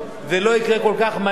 זה לא יקרה כל כך מהר,